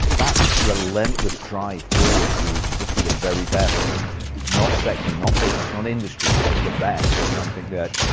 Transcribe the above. that relentless drive forward to to just be the very best not sector, not business, not industry, but just the best is something that